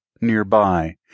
nearby